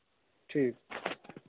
ठीक